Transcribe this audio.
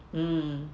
mm